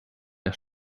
der